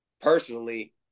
personally